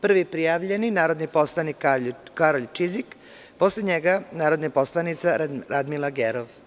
Prvi prijavljeni narodni poslanik Karolj Čizik, posle njega narodna poslanica Radmila Gerov.